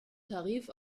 tarif